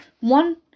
one